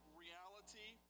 reality